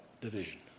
division